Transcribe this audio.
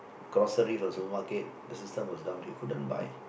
groceries also market the system was down he couldn't buy